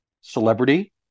celebrity